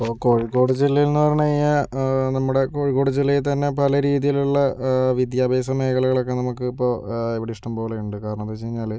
ഇപ്പോൾ കോഴിക്കോട് ജില്ലയിലെന്നുപറഞ്ഞു കഴിഞ്ഞാൽ നമ്മുടെ കോഴിക്കോട് ജില്ലയിൽ തന്നെ പല രീതീയിലുള്ള വിദ്യാഭ്യാസമേഖലകളൊക്കെ നമുക്കിപ്പോൾ ഇവിടെ ഇഷ്ടം പോലെയുണ്ട് കാരണമെന്തെന്നു വച്ച് കഴിഞ്ഞാൽ